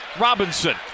Robinson